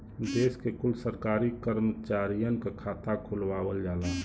देश के कुल सरकारी करमचारियन क खाता खुलवावल जाला